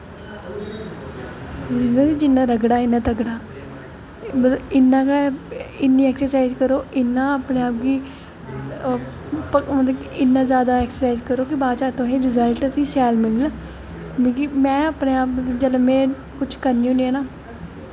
बोलदे ना जि'न्ना रगड़ा इ'न्ना तगड़ा मतलब इ'न्ना गै इ'न्नी एक्सरसाइज करो इ'न्ना अपने आप गी मतलब कि इ'न्ना जादा एक्सरसाइज करो कि बाद च तुसें गी फ्ही रिजल्ट शैल मिलन में अपने आप में जेल्लै कुछ करनी होनी ऐ ना